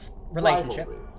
relationship